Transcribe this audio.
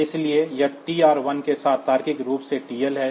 इसलिए यह TR1 के साथ तार्किक रूप से TL है